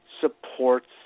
supports